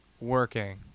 working